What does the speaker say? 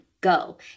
go